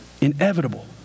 Inevitable